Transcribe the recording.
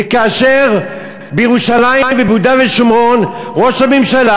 וכאשר בירושלים וביהודה ושומרון ראש הממשלה,